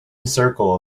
circle